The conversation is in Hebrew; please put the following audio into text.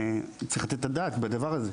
צריך לתת את הדעת על הדבר הזה.